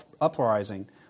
uprising